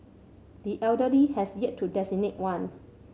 the elder Lee has yet to designate one